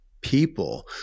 people